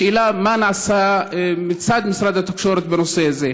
השאלה היא מה נעשה מצד משרד התקשורת בנושא הזה.